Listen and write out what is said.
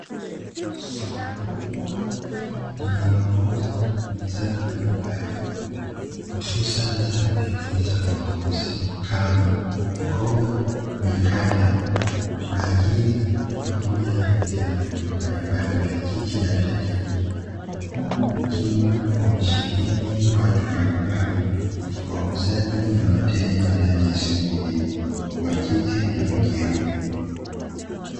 Soko kubwa linalouza bidhaa mbalimbali hususani za kutengeneza kwa ngozi kama mikoba, mikanda, bangili pamoja na viatu mbalimbali vya kike na vya kiume. Huku kukiwa kumesheheni watu mbalimbali wauzaji na wateja ndani ya soko hilo wakike na wakiume.